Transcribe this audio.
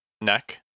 neck